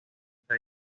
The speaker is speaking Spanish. esta